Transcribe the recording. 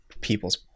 people's